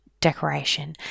decoration